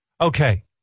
Okay